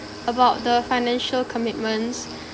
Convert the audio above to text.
about the financial commitments